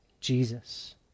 Jesus